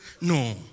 no